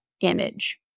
image